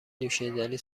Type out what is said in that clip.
نوشیدنی